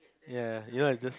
ya you know it just